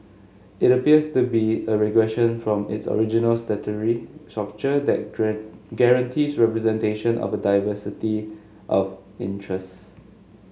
it appears to be a regression from its original statutory structure that guarantees representation of a diversity of interests